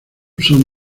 son